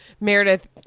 Meredith